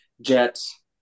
Jets